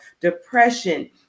depression